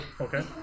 Okay